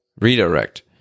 redirect